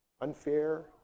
unfair